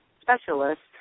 specialists